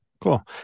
cool